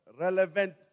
relevant